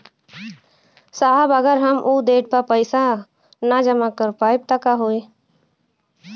साहब अगर हम ओ देट पर पैसाना जमा कर पाइब त का होइ?